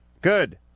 Good